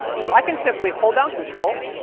so i can simply hold down control,